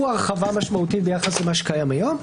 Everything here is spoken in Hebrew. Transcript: הוא הרחבה משמעותית ביחס למה שקיים היום.